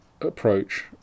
approach